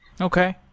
Okay